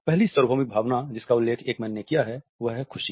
पहली सार्वभौमिक भावना जिसका उल्लेख एकमैन ने किया है वह है खुशी